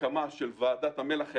הקמת ועדת המל"ח העליונה.